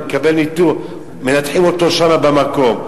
ומנתחים אותו שם במקום,